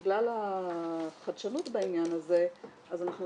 בגלל החדשנות בעניין הזה אז אנחנו